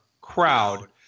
crowd